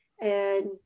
And-